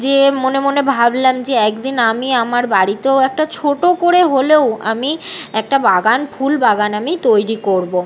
যে মনে মনে ভাবলাম যে এক দিন আমি আমার বাড়িতেও একটা ছোটো করে হলেও আমি একটা বাগান ফুল বাগান আমি তৈরি করবো